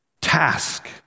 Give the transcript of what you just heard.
task